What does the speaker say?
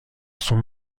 sont